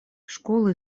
школы